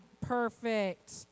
perfect